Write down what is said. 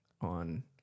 on